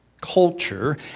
culture